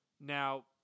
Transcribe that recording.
Now